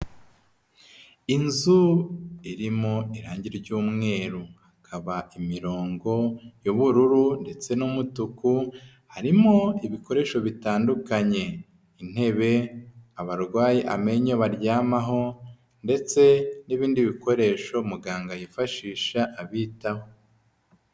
Inzu irimo irange ry'umweru, hakaba imirongo y'ubururu ndetse n'umutuku, harimo ibikoresho bitandukanye, intebe abarwaye amenyo baryamaho ndetse n'ibindi bikoresho muganga yifashisha abitaho.